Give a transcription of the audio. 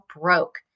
broke